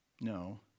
No